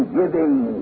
giving